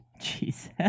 Jesus